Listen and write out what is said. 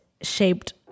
shaped